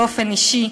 באופן אישי,